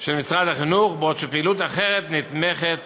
של משרד החינוך, בעוד שפעילות אחרת נתמכת